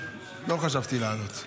לא חשבתי לעלות.